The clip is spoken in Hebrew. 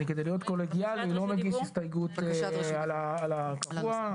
אני כדי להיות קולגיאלי לא מגיש הסתייגות על הוראת הקבע,